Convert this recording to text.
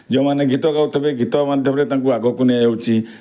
ଯେଉଁମାନେ ଗୀତ ଗାଉ ଥିବେ ଗୀତ ମାଧ୍ୟମରେ ତାଙ୍କୁ ଆଗକୁ ନିଆଯାଉଛି